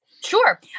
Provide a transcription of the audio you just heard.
Sure